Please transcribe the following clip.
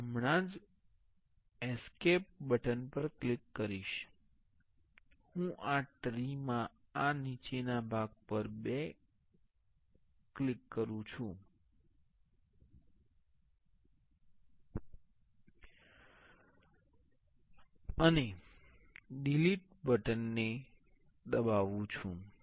હું હમણાં જ એસ્કેપ પર ક્લિક કરું છું અને હું આ ટ્રી મા આ નીચેના ભાગ બે પર ક્લિક કરું છું અને ડિલિટ ને દબાવો